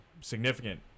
significant